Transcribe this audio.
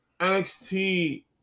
NXT